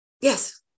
Yes